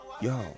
yo